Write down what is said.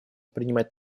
принимать